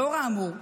לאור האמור,